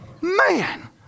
Man